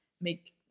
make